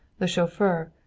the chauffeur,